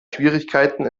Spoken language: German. schwierigkeiten